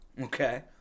Okay